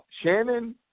Shannon